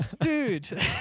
dude